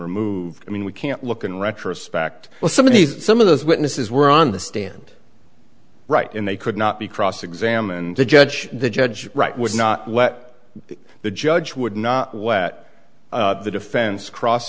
removed i mean we can't look in retrospect well some of these some of those witnesses were on the stand right and they could not be cross examined the judge the judge right was not what the judge would not let the defense cross